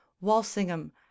walsingham